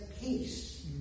peace